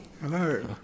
Hello